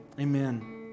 Amen